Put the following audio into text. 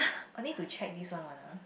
I need to check this one one ah